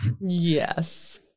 Yes